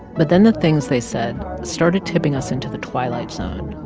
but then the things they said started tipping us into the twilight zone